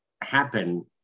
happen